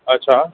अच्छा